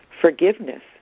forgiveness